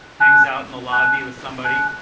hangs out in the lobby with somebody.